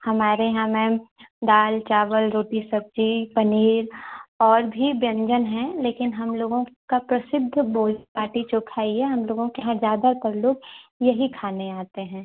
हमारे यहाँ मैम दाल चावल रोटी सब्ज़ी पनीर और भी व्यंजन हैं लेकिन हमलोगों का प्रसिद्ध भोज बाटी चोख़ा ही है हमलोगों के यहाँ ज़्यादातर लोग यही खाने आते हैं